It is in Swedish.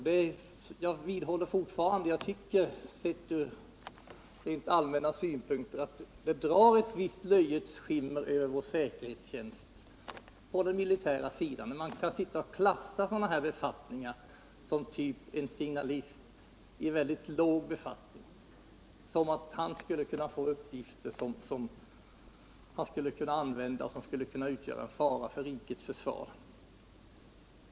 Sett ur rent allmänna synpunkter tycker jag att det drar ett visst löjets skimmer över säkerhetstjänsten på den militära sidan när man klassar befattningar som en signalist i låg befattning som om han skulle kunna få sådana uppgifter att han utgjorde fara för rikets försvar.